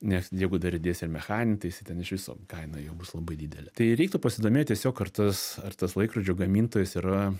nes jeigu dar įdėsi ir mechaninį tai jisai ten iš viso kaina jo bus labai didelė tai reiktų pasidomėt tiesiog ar tas ar tas laikrodžių gamintojas yra